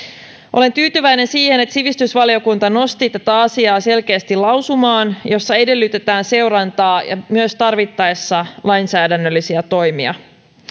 olen tyytyväinen siihen että sivistysvaliokunta nosti tätä asiaa selkeästi lausumaan jossa edellytetään seurantaa ja myös tarvittaessa lainsäädännöllisiä toimia